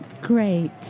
Great